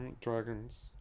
Dragons